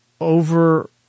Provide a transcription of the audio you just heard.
over